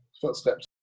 footsteps